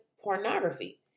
pornography